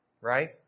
right